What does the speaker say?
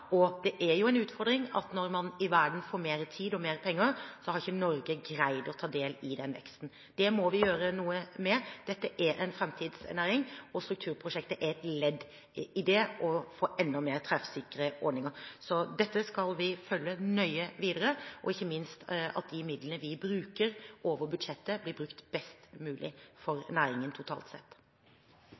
og det er jo en utfordring at når man i verden får mer tid og mer penger, har ikke Norge greid å ta del i den veksten. Det må vi gjøre noe med. Dette er en framtidsnæring, og strukturprosjektet er et ledd i det å få enda mer treffsikre ordninger. Dette skal vi følge nøye videre, ikke minst at de midlene vi bruker over budsjettet, blir brukt best mulig for næringen totalt sett.